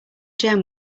gem